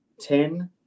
ten